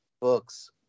books